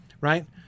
right